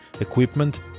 equipment